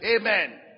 Amen